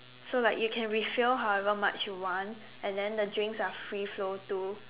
so like you can refill however much you want and then the drinks are free flow too